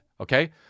Okay